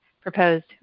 proposed